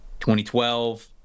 2012